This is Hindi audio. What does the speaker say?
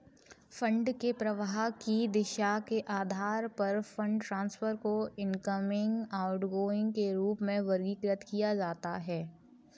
फंड के प्रवाह की दिशा के आधार पर फंड ट्रांसफर को इनकमिंग, आउटगोइंग के रूप में वर्गीकृत किया जाता है